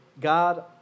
God